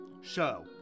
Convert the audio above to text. show